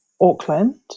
Auckland